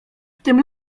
tym